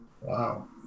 Wow